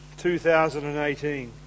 2018